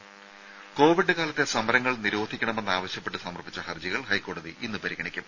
ദരര കോവിഡ് കാലത്തെ സമരങ്ങൾ നിരോധിക്കണമെന്നാവശ്യപ്പെട്ട് സമർപ്പിച്ച ഹർജികൾ ഹൈക്കോടതി ഇന്ന് പരിഗണിക്കും